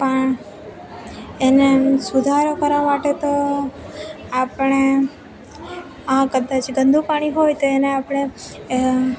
પા એને સુધારો કરવા માટે તો આપણે આ કદાચ ગંદુ પાણી હોય તો એને આપણે એ